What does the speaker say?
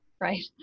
Right